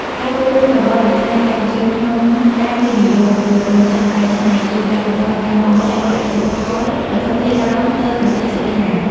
ការចូលរួមរបស់វិស័យឯកជនក្នុងការវិនិយោគលើរោងចក្រកែច្នៃ ជួយកាត់បន្ថយការនាំចេញកសិផលវត្ថុធាតុដើមទៅប្រទេសជិតខាង។